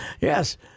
yes